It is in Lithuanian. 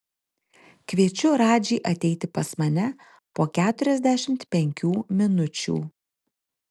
kviečiu radžį ateiti pas mane po keturiasdešimt penkių minučių